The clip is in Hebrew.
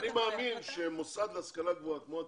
אני מאמין שמוסד להשכלה גבוהה כמו הטכניון,